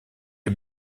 est